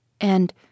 and